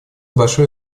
большой